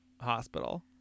hospital